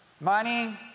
money